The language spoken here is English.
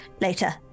later